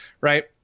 right